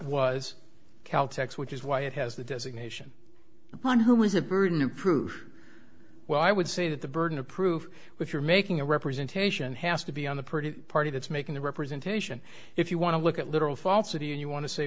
was cal tech which is why it has the designation on who was a burden of proof well i would say that the burden of proof which you're making a representation has to be on the pretty party that's making the representation if you want to look at literal falsity and you want to say